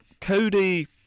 Cody